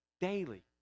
Daily